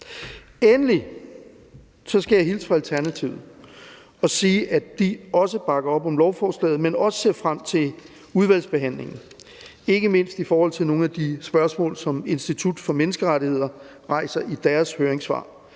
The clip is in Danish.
Endelig skal jeg hilse fra Alternativet og sige, at de også bakker op om lovforslaget, men også ser frem til udvalgsbehandlingen, ikke mindst i forhold til svar på nogle af de spørgsmål, som Institut for Menneskerettigheder rejser i deres høringssvar.